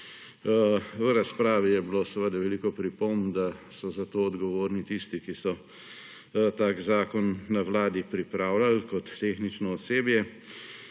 V razpravi je bilo veliko pripomb, da so za to odgovorni tisti, ki so tak zakon na Vladi pripravljali, kot tehnično osebje.